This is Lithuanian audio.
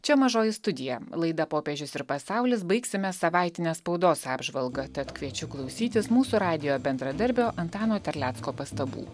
čia mažoji studija laidą popiežius ir pasaulis baigsime savaitine spaudos apžvalga tad kviečiu klausytis mūsų radijo bendradarbio antano terlecko pastabų